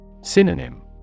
Synonym